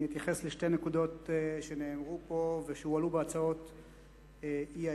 אני אתייחס לשתי נקודות שנאמרו פה והועלו בהצעות האי-אמון,